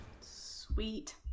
sweet